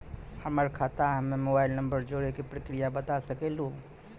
हमर खाता हम्मे मोबाइल नंबर जोड़े के प्रक्रिया बता सकें लू?